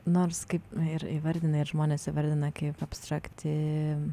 nors kaip ir įvardina ir žmonės įvardina kaip abstrakti